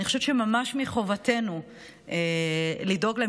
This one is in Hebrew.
אני חושבת שממש מחובתנו לדאוג להם,